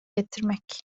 getirmek